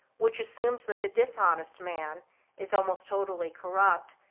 which assumes that the dishonest man is almost totally corrupt,